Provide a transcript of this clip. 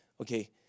Okay